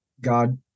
God